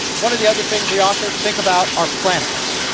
one of the other things we often think about are planets.